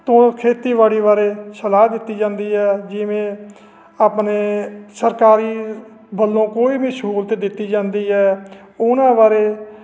ਤੋਂ ਖੇਤੀਬਾੜੀ ਬਾਰੇ ਸਲਾਹ ਦਿੱਤੀ ਜਾਂਦੀ ਹੈ ਜਿਵੇਂ ਆਪਣੇ ਸਰਕਾਰੀ ਵੱਲੋਂ ਕੋਈ ਵੀ ਸਹੂਲਤ ਦਿੱਤੀ ਜਾਂਦੀ ਹੈ ਉਹਨਾਂ ਬਾਰੇ